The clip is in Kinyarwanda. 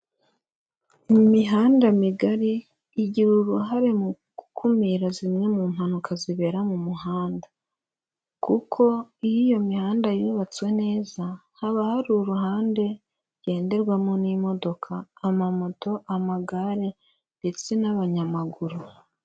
Imihanda migari igira uruhare mu gukumira zimwe mu mpanuka zibera mu muhanda. Kuko iyo iyo mihanda yubatswe neza, haba hari uruhande ngenderwamo n'imodoka, amamoto, amagare ndetse n'abanyamaguru.